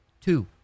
Two